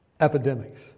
epidemics